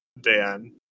Dan